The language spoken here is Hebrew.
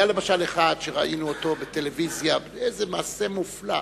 היה למשל אחד שראינו בטלוויזיה, איזה מעשה מופלא,